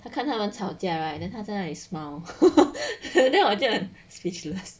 他看他们吵架 right and then 他真的 smile then 我就很 speechless